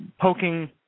poking